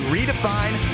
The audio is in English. Redefine